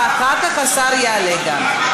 ואחר כך השר יעלה גם.